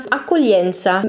accoglienza